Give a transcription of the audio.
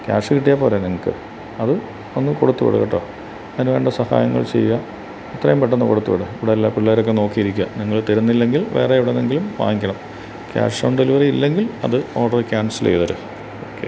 cash കിട്ടിയാല്പ്പോരെ നിങ്ങള്ക്ക് അത് ഒന്ന് കൊടുത്തുവിട് കേട്ടൊ അതിനുവേണ്ട സഹായങ്ങൾ ചെയ്യുക എത്രയും പെട്ടെന്ന് കൊടുത്തുവിട് ഇവിടെല്ലാ പിള്ളാരൊക്കെ നോക്കിയിരിക്കുകയാണ് നിങ്ങൾ തരുന്നില്ലെങ്കിൽ വേറെയെവിടുന്നെങ്കിലും വാങ്ങിക്കണം ക്യാഷോൺഡെലിവെറിയില്ലെങ്കിൽ അത് ഓഡര് ക്യാൻസല് ചെയ്തേര് ഓക്കെ